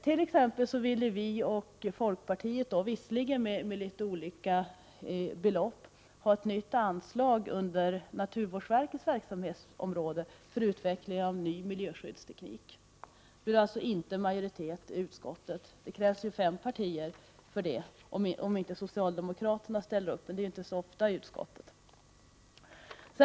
Tillsammans med folkpartiet ville vi — visserligen med litet olika belopp — ha ett nytt anslag till naturvårdsverkets verksamhetsområde för utveckling av ny miljöskyddsteknik. Vi fick inte majoritet i utskottet. Det krävs ju fem partier för det, om inte socialdemokraterna ställer upp. Men det händer ju inte så ofta i utskottet.